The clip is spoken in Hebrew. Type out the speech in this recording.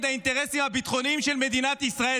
האינטרסים הביטחוניים של מדינת ישראל?